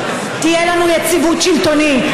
כי אין לנו יציבות שלטונית.